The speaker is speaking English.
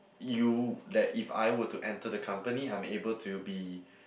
you that if I were to enter the company I'm able to be